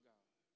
God